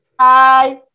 Hi